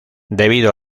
debido